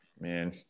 man